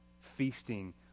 feasting